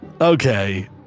Okay